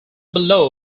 below